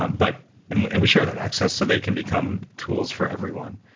um but and we and we share that access so they can become tools for everyone.